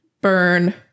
burn